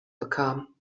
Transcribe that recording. bekam